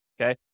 okay